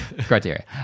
Criteria